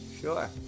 Sure